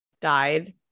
died